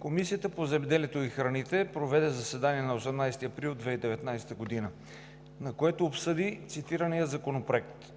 Комисията по земеделието и храните проведе заседание на 18 април 2019 г., на което обсъди цитирания законопроект.